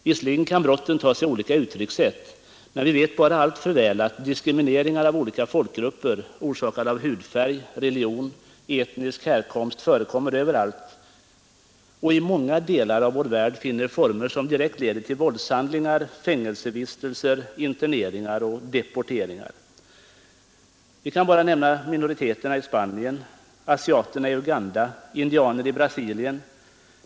Visserligen kan brotten ta sig olika uttryck, men vi vet bara alltför väl att diskrimineringar av olika folkgrupper, orsakade av hudfärg, religion eller etnisk härkomst, förekommer överallt och i många delar av vår värld finner former som direkt leder till våldshandlingar, fängelsevistelser, interneringar eller deporteringar. Jag behöver här bara nämna baskiska minoriteter i Spanien, asiaterna i Uganda eller indianerna i Brasilien.